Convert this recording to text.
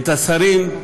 לשרים,